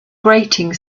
grating